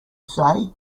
say